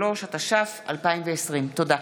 33), התש"ף 2020. תודה.